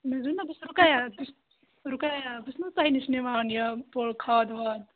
مےٚ زٲنِوا بہٕ چھَس رُقیہ رُقیہ بہٕ چھَس نا تۄہہِ نِش نِوان یہِ پوٗرٕ کھاد واد